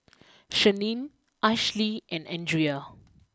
Shannen Ashli and Andrea